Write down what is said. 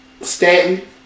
Stanton